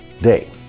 day